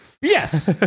Yes